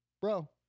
bro